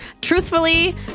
truthfully